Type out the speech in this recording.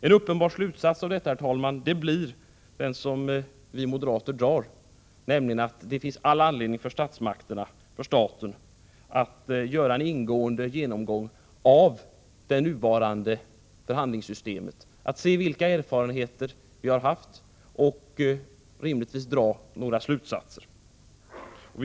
En uppenbar slutsats av detta, herr talman, blir den som vi moderater drar, nämligen att det finns all anledning för staten att göra en ingående genomgång av det nuvarande förhandlingssystemet — att se vilka erfarenheter vi har och, rimligtvis, dra slutsatserna av detta.